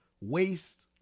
waste